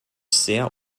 sehr